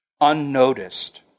unnoticed